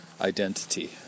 identity